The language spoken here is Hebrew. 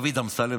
הרי אני שואל אותך: